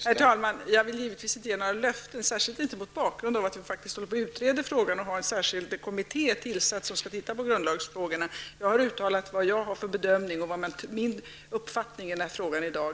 Herr talman! Jag vill givetvis inte ge några löften, särskilt inte mot bakrund av att jag faktiskt håller på att utreda frågan och har en särskild kommitté som skall se på grundlagsfrågorna. Jag har gett min bedömning och min uppfattning i dag.